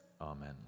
Amen